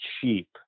cheap